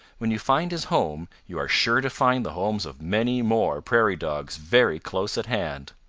when you find his home you are sure to find the homes of many more prairie dogs very close at hand.